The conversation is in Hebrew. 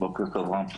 בוקר טוב, רם.